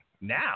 now